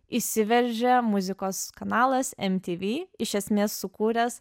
įsiveržė muzikos kanalas mtv iš esmės sukūręs